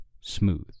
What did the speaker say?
smooth